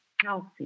healthy